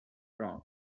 crown